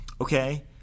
okay